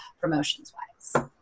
promotions-wise